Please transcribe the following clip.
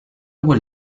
vuol